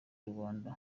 rubanda